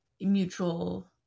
mutual